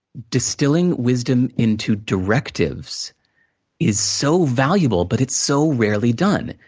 distilling wisdom into directives is so valuable, but it's so rarely done.